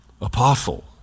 Apostle